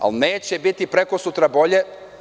Ali, neće biti prekosutra bolje.